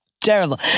terrible